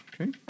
Okay